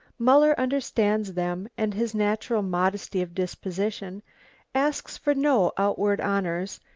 muller understands them, and his natural modesty of disposition asks for no outward honours,